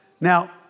Now